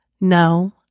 No